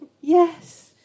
yes